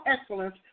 excellence